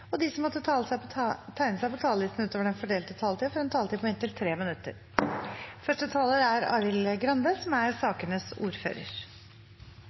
og de som måtte tegne seg på talerlisten utover den fordelte taletid, får en taletid på inntil 3 minutter. Da covid-19-pandemien førte til nødvendige, men inngripende tiltak i mars i år, var det en rekke yrkesgrupper som